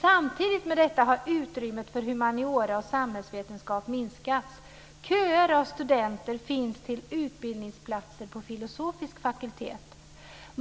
Samtidigt med detta har utrymmet för humaniora och samhällsvetenskap minskats. Köer av studenter finns till utbildningsplatser på filosofisk fakultet.